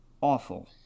awful